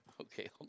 Okay